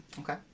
Okay